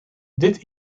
dit